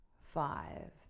five